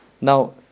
Now